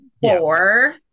four